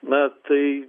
na tai